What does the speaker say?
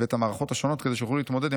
ואת המערכות השונות כדי שיוכלו להתמודד עם